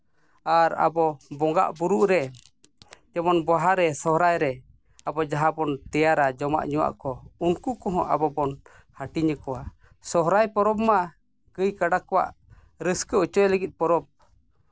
ᱟᱨ ᱟᱵᱚ ᱵᱚᱸᱜᱟᱜᱼᱵᱩᱨᱩᱜ ᱨᱮ ᱡᱮᱢᱚᱱ ᱵᱟᱦᱟ ᱨᱮ ᱥᱚᱦᱚᱨᱟᱭ ᱨᱮ ᱟᱵᱚ ᱡᱟᱦᱟᱸᱵᱚᱱ ᱛᱮᱭᱟᱨᱟ ᱡᱚᱢᱟᱜ ᱧᱩᱣᱟᱜ ᱠᱚ ᱩᱱᱠᱩ ᱠᱚᱦᱚᱸ ᱟᱵᱚᱵᱚᱱ ᱦᱟᱹᱴᱤᱧ ᱟᱠᱚᱣᱟ ᱥᱚᱦᱚᱨᱟᱭ ᱯᱚᱨᱚᱵᱽ ᱢᱟ ᱜᱟᱹᱭᱼᱠᱟᱰᱟ ᱠᱚᱣᱟᱜ ᱨᱟᱹᱥᱠᱟᱹ ᱦᱚᱪᱚᱭ ᱞᱟᱹᱜᱤᱫ ᱯᱚᱨᱚᱵᱽ